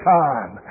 time